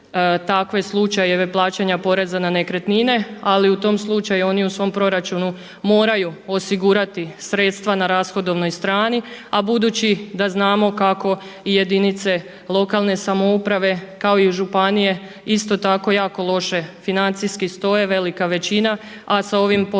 takve slučajeve plaćanja poreza na nekretnine, ali u tom slučaju oni u svom proračunu moraju osigurati sredstva na rashodovnoj strani, a budući da znamo kako jedinice lokalne samouprave kao i županije isto tako jako loše financijski stoje velika većina, a sa ovom poreznom